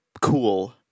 Cool